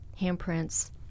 handprints